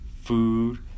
food